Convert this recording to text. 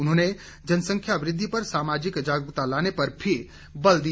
उन्होंने जनसंख्या वृद्धि पर सामाजिक जागरूकता लाने पर भी बल दिया